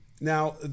Now